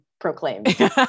proclaimed